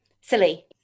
silly